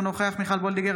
אינו נוכח מיכל מרים וולדיגר,